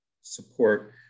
support